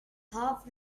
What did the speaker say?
half